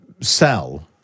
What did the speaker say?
sell